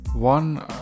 One